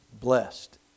blessed